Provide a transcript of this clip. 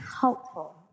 helpful